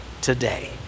today